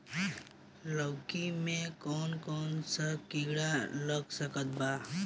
लौकी मे कौन कौन सा कीड़ा लग सकता बा?